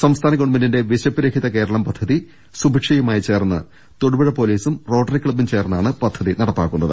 സംസ്ഥാന ഗവൺമെന്റിന്റെ വിശപ്പ് രഹിത കേരളം പദ്ധതി സുഭിക്ഷയുമായി ചേർന്ന് തൊടുപുഴ പൊലീസും റോട്ടറി ക്ലബും ചേർന്നാണ് പദ്ധതി നടപ്പാക്കുന്നത്